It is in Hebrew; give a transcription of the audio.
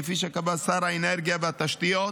כפי שקבע שר האנרגיה והתשתיות